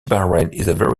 barrel